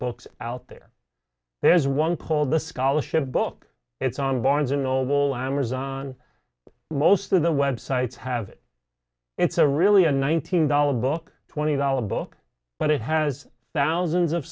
books out there there's one called the scholarship book it's on barnes and noble amazon most of the web sites have it it's a really an one thousand dollars book twenty dollars book but it has thousands of